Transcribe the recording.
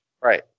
Right